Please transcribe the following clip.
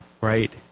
Right